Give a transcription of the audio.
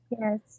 Yes